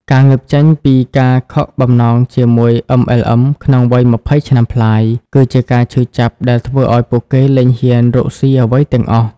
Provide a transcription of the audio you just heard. ការងើបចេញពីការខកបំណងជាមួយ MLM ក្នុងវ័យ២០ឆ្នាំប្លាយ គឺជាការឈឺចាប់ដែលធ្វើឱ្យពួកគេលែងហ៊ានរកស៊ីអ្វីទាំងអស់។